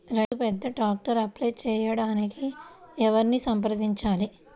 రైతు పెద్ద ట్రాక్టర్కు అప్లై చేయడానికి ఎవరిని సంప్రదించాలి?